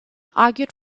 argued